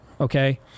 okay